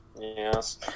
Yes